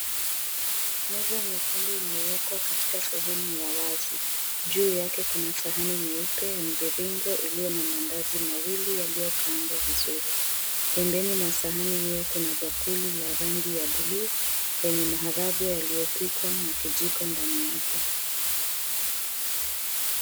Meza nyekundu imeekewa katika sehemu ya wazi juu yake kuna sahani nyeupe ya mviringo iliyo na mandazi mawili yaliyokaangwa vizuri pembeni mwa sahani hii kuna bakuli la rangi ya buluu yenye maharagwe yaliyopikwa na kijiko ndani yake.